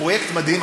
פרויקט מדהים,